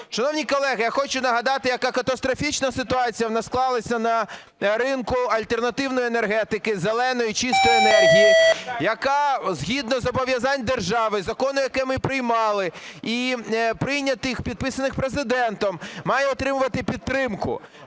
Шановні колеги, я хочу нагадати яка катастрофічна ситуація у нас склалася на ринку альтернативної енергетики, "зеленої" (чистої) енергії, яка згідно зобов'язань держави, закону, який ми приймали, і прийнятих, підписаних Президентом, має отримувати підтримку.